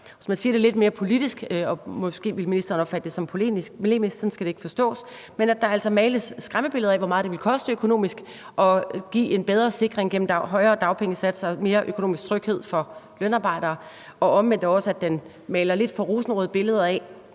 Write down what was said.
man siger det lidt mere politisk, og måske vil ministeren opfatte det som polemisk, men sådan skal ikke forstås, males der altså skræmmebilleder af, hvor meget det ville koste økonomisk at give en bedre sikring gennem højere dagpengesatser og mere økonomisk tryghed for lønarbejdere. Omvendt maler den også lidt for rosenrøde billeder af